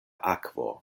akvo